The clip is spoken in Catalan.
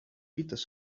fites